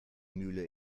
mühle